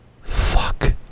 fuck